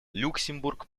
люксембург